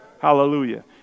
Hallelujah